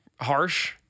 harsh